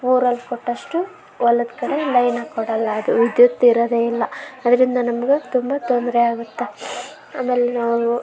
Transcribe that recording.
ಊರಲ್ಲಿ ಕೊಟ್ಟಷ್ಟು ಹೊಲದ್ ಕಡೆ ಲೈನು ಕೊಡೋಲ್ಲ ಅದು ವಿದ್ಯುತ್ ಇರೋದೇ ಇಲ್ಲ ಅದರಿಂದ ನಮಗೆ ತುಂಬ ತೊಂದರೆ ಆಗುತ್ತೆ ಆಮೇಲೆ ನಾವು